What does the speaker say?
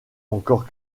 encore